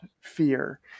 fear